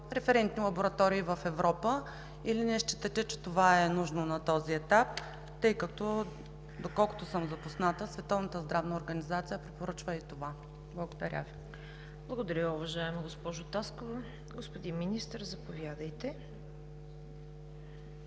референтни лаборатории в Европа, или не считате, че това е нужно на този етап, тъй като, доколкото съм запозната, Световната здравна организация препоръчва и това? Благодаря. ПРЕДСЕДАТЕЛ ЦВЕТА КАРАЯНЧЕВА: Благодаря, уважаема госпожо Таскова. Господин Министър, заповядайте.